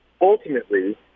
Ultimately